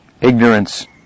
Ignorance